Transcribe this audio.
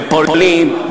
בפולין,